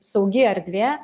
saugi erdvė